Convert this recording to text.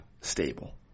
stable